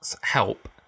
help